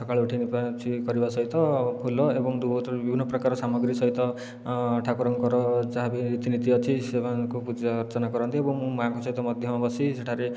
ସକାଳୁ ଉଠି ଲିପା ପୋଛି କରିବା ସହିତ ଫୁଲ ଏବଂ ଦୂବପତ୍ର ବିଭିନ୍ନ ପ୍ରକାର ସାମଗ୍ରୀ ସହିତ ଠାକୁରଙ୍କର ଯାହା ବି ରୀତିନୀତି ଅଛି ସେମାନଙ୍କୁ ପୂଜା ଅର୍ଚ୍ଚନା କରନ୍ତି ଏବଂ ମୁଁ ମା'ଙ୍କ ସହିତ ମଧ୍ୟ ବସି ସେଠାରେ